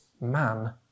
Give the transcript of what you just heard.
man